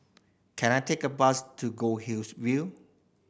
can I take a bus to Goldhill's View